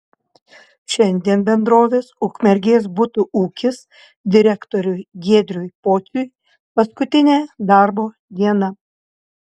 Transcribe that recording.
šiandien bendrovės ukmergės butų ūkis direktoriui giedriui pociui paskutinė darbo diena